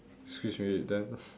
excuse me then